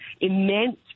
immense